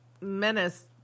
Menace